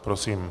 Prosím.